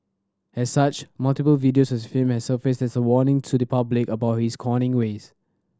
as such multiple videos of him have surfaced as a warning to the public about his conning ways